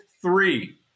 Three